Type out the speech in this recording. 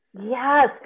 Yes